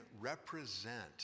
represent